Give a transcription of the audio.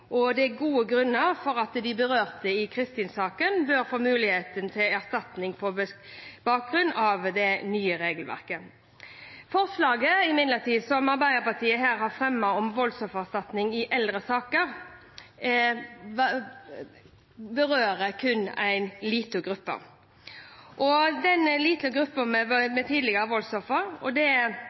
Det er gode grunner til at de berørte i Kristin-saken bør få muligheten til erstatning på bakgrunn av det nye regelverket. Imidlertid er det slik at representantforslaget som Arbeiderpartiet her har fremmet, om voldsoffererstatning i eldre saker, berører kun en liten gruppe. Når det gjelder denne lille gruppen med tidligere voldsofre, tror jeg at det underliggende problemet er